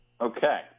Okay